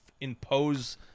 impose